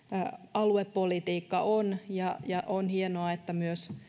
aluepolitiikka on ja ja on hienoa että myös